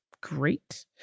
Great